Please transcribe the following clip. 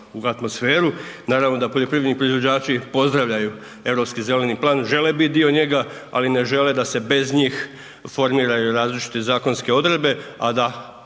u atmosferu. Naravno da poljoprivredni proizvođači pozdravljaju Europski zeleni plan, žele biti dio njega, ali ne žele da se bez njih formiraju različite zakonske odredbe, a da